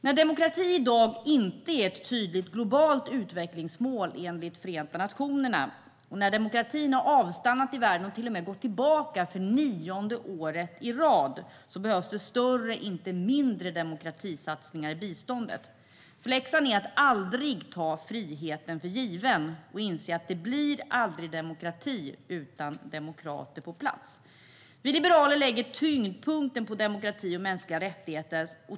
När demokrati i dag inte är ett tydligt utvecklingsmål enligt Förenta nationerna och när demokratin i världen har avstannat och till och med gått tillbaka för nionde året i rad behövs större - inte mindre - demokratisatsningar i biståndet. Läxan är att aldrig ta friheten för given och inse att det aldrig blir demokrati utan demokrater på plats. Vi liberaler lägger tyngdpunkten på demokrati och mänskliga rättigheter.